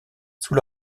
sous